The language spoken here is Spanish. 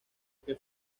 que